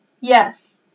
Yes